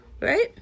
Right